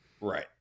Right